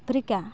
Africa